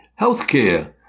Healthcare